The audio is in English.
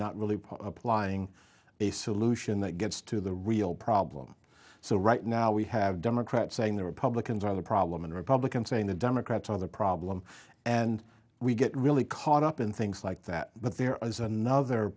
not really part of applying a solution that gets to the real problem so right now we have democrats saying the republicans are the problem and republicans saying the democrats other problem and we get really caught up in things like that but there is another